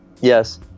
yes